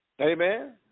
amen